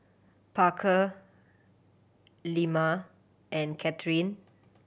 Parker Ilma and Kathrine